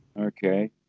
Okay